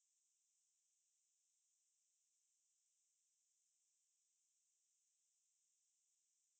I get what you mean